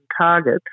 target